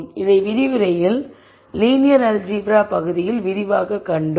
இதை விரிவுரையின் linear algebra பகுதியில் விரிவாகக் கண்டோம்